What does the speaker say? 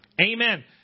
amen